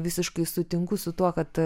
visiškai sutinku su tuo kad